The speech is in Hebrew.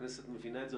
הכנסת מבינה את זה,